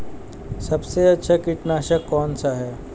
सबसे अच्छा कीटनाशक कौन सा है?